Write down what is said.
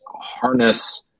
harness